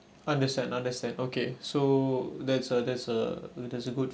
understand understand okay so that's a that's a that's a good